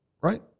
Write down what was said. Right